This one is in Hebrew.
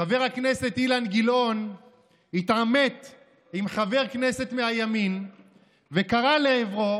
חבר הכנסת אילן גילאון התעמת עם חבר כנסת מהימין וקרא לעברו,